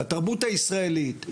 בתרבות הישראלית,